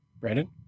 Brandon